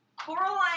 Coraline